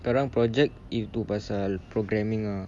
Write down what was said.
sekarang project itu pasal programming ah